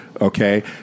okay